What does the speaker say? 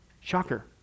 Shocker